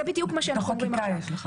זה בדיוק מה שאנחנו אומרים עכשיו.